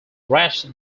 rash